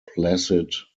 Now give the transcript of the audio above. placid